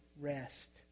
rest